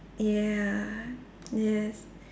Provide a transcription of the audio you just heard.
ya yes